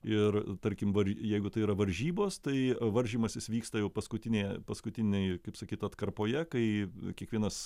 ir tarkim jeigu tai yra varžybos tai varžymasis vyksta jau paskutinėje paskutinėj kaip sakyt atkarpoje kai kiekvienas